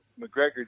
McGregor